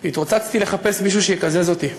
והתרוצצתי לחפש מישהו שיקזז אותי,